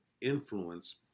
influence